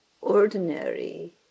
ordinary